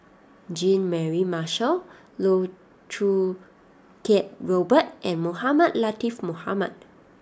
Jean Mary Marshall Loh Choo Kiat Robert and Mohamed Latiff Mohamed